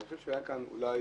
אני חושב שהיה כאן אולי